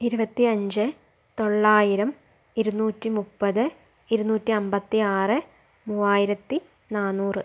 ഇരുപത്തി അഞ്ച് തൊള്ളായിരം ഇരുന്നൂറ്റി മുപ്പത് ഇരുന്നൂറ്റി അമ്പത്തി ആറ് മൂവായിരത്തി നാന്നൂറ്